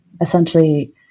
essentially